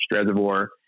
reservoir